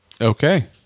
Okay